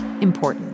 important